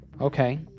Okay